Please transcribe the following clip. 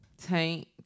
Tank